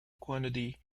quantity